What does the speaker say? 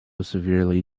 severely